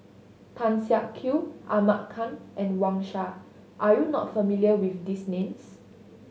Tan Siak Kew Ahmad Khan and Wang Sha are you not familiar with these names